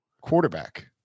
quarterback